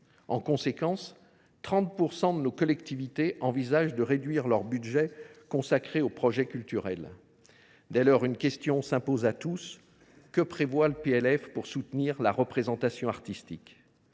En conséquence, 30 % de nos collectivités envisagent de réduire leur budget consacré aux projets culturels. Dès lors, une question s’impose à tous : que prévoit le projet de loi de finances pour soutenir la représentation artistique ?